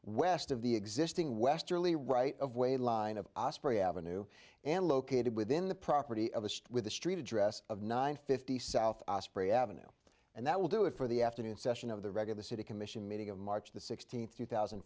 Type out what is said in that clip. west of the existing westerly right of way line of osprey avenue and located within the property of a with a street address of nine fifty south a spray ave and that will do it for the afternoon session of the reg of the city commission meeting of march the sixteenth two thousand